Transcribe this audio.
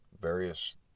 various